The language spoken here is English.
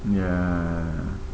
ya